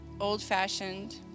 old-fashioned